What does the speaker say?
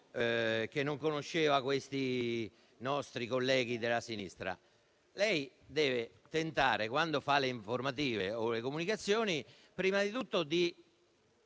senza conoscere i nostri colleghi della sinistra. Ebbene, lei deve tentare, quando fa le informative o le comunicazioni, prima di tutto di